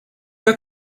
your